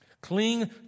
Cling